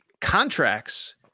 contracts